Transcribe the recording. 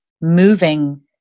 moving